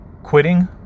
Quitting